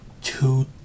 two